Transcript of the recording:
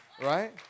Right